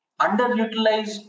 Underutilized